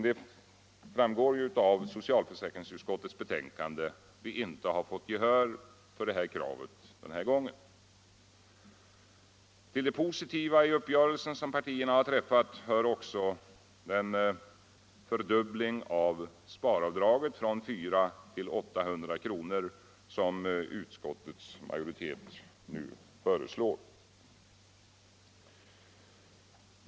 Som framgår av socialförsäkringsutskottets betänkande har vi emellertid inte fått gehör för vårt krav den här gången. Till det positiva i den uppgörelse som partierna har träffat hör den fördubbling av sparavdraget från 400 till 800 kr. som utskottets majoritet nu föreslår skall genomföras.